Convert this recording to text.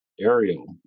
Ariel